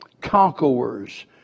conquerors